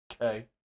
Okay